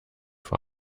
vor